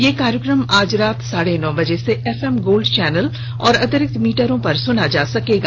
यह कार्यक्रम आज रात साढे नौ बजे से एफएम गोल्ड चैनल और अतिरिक्त मीटरों पर सुना जा सकता है